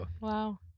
wow